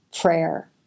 prayer